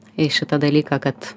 į šitą dalyką kad